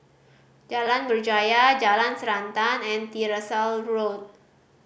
Jalan Berjaya Jalan Srantan and Tyersall Road